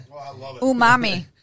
Umami